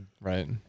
Right